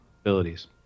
abilities